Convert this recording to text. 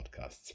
podcasts